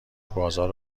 بازار